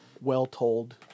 well-told